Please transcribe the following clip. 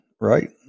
right